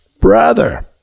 brother